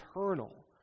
eternal